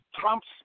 Trump's